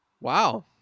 Wow